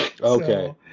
Okay